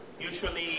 usually